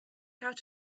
out